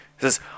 says